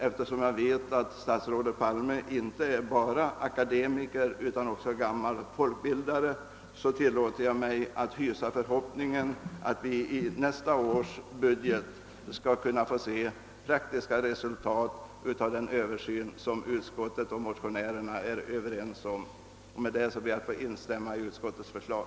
Eftersom jag vet att statsrådet Palme inte är bara akademiker utan också gammal folkbildare, tillåter jag mig att hysa förhoppningen, att vi i nästa års budget skall kunna få se praktiska resultat av den översyn som utskottet och motionärerna är överens om. Med det anförda ber jag att få instämma i utskottets förslag.